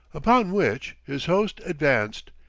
upon which his host advanced,